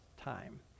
time